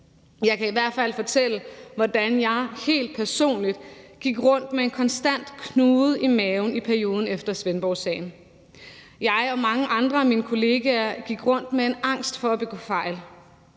Jeg kan i hvert fald fortælle, hvordan jeg helt personligt gik rundt med en konstant knude i maven i perioden efter Svendborgsagen. Jeg og mange andre af min kollegaer gik rundt med en angst for at begå fejl,